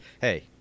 hey